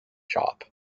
shop